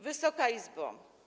Wysoka Izbo!